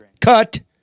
cut